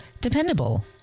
Dependable